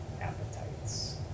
appetites